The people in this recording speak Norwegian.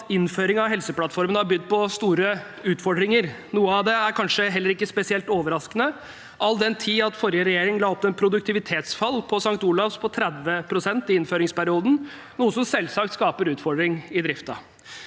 at innføringen av Helseplattformen har bydd på store utfordringer. Noen av dem er kanskje heller ikke spesielt overraskende, all den tid forrige regjering la opp til et produktivitetsfall på St. Olavs på 30 pst. i innføringsperioden, noe som selvsagt skaper utfordringer i driften.